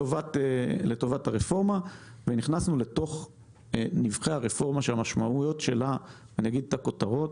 נכנסנו לתוך נבכי הרפורמה שלהלן כותרותיה: